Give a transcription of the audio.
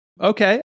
Okay